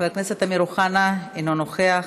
חבר הכנסת אמיר אוחנה, אינו נוכח,